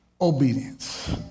obedience